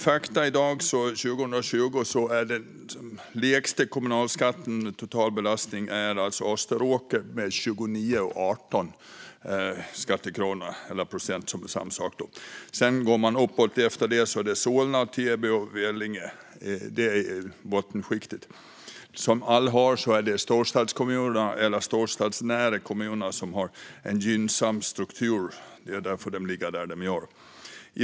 Fakta 2020 är att den kommun som har lägst kommunalskatt är Österåker med 29,18 skattekronor eller procent. Efter Österåker följer Solna, Täby och Vellinge i bottenskiktet. Som alla hör är det storstadskommuner eller storstadsnära kommuner som har en gynnsam struktur, och det är därför de ligger där de gör i skatteskalan.